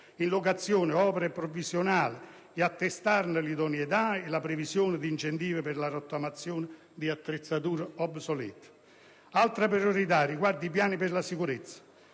in locazione opere provvisionali di attestarne l'idoneità e la previsione di incentivi per la rottamazione di attrezzature obsolete. Altra priorità riguarda i piani per la sicurezza,